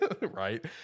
right